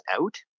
out